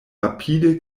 rapide